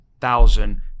thousand